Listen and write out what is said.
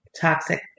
toxic